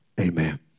Amen